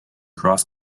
cross